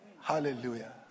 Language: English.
hallelujah